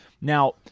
Now